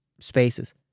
spaces